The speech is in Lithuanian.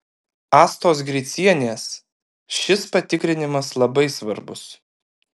astos gricienės šis patikrinimas labai svarbus